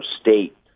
State